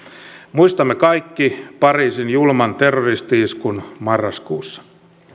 muistamme kaikki pariisin julman terroristi iskun marraskuussa